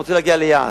ורוצה להגיע ליעד,